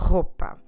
Roupa